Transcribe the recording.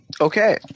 Okay